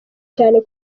cyane